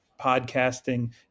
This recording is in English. podcasting